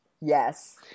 Yes